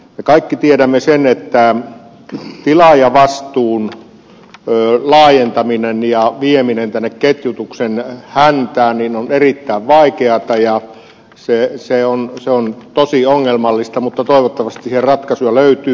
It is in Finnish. me kaikki tiedämme sen että tilaajavastuun laajentaminen ja vieminen ketjutuksen häntään on erittäin vaikeata ja se on tosi ongelmallista mutta toivottavasti siihen ratkaisuja löytyy